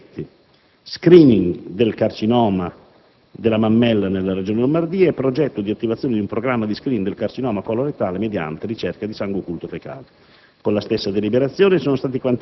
anche con i seguenti progetti: *screening* del carcinoma della mammella nella Regione Lombardia; progetto di attivazione di un programma di *screening* del carcinoma colon rettale mediante ricerca di sangue occulto fecale.